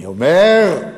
אני אומר.